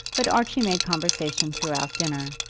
but archie made conversation throughout dinner,